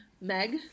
Meg